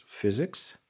physics